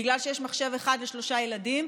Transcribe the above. בגלל שיש מחשב אחד לשלושה ילדים,